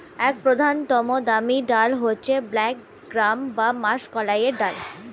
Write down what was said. এক প্রধানতম দামি ডাল হচ্ছে ব্ল্যাক গ্রাম বা মাষকলাইয়ের ডাল